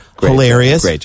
hilarious